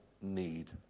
need